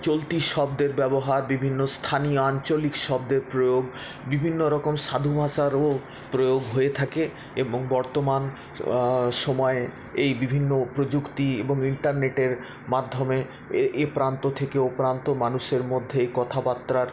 চলতি শব্দের ব্যবহার বিভিন্ন স্থানীয় আঞ্চলিক শব্দের প্রয়োগ বিভিন্নরকম সাধুভাষারও প্রয়োগ হয়ে থাকে এবং বর্তমান সময়ে এই বিভিন্ন প্রযুক্তি এবং ইন্টারনেটের মাধ্যমে এ এ প্রান্ত থেকে ও প্রান্ত মানুষের মধ্যে এই কথাবাত্রার